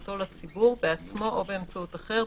בעצמו או באמצעות אחר,